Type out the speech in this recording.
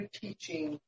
teaching